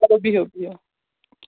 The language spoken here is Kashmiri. چلو بِہِو بِہِو